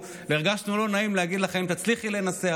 הרגשנו לא נעים להגיד לך: אם תצליחי לנסח,